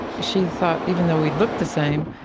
she thought even though we looked the same,